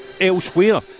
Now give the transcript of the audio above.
elsewhere